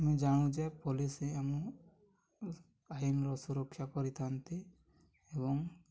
ଆମେ ଜାଣୁ ଯେ ପୋଲିସ୍ ଆମ ଆଇନ୍ର ସୁରକ୍ଷା କରିଥାନ୍ତି ଏବଂ